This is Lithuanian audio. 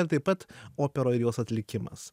ir taip pat opera ir jos atlikimas